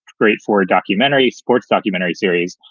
great for a documentary sports documentary series.